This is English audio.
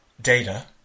data